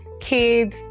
kids